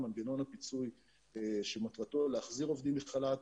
מנגנון הפיצוי שמטרתו להחזיר עובדים מחל"ת